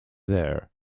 there